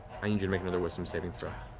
i need you to make another wisdom saving throw.